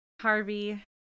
harvey